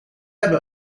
hebben